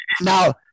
now